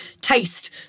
taste